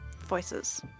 voices